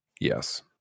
Yes